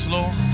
Lord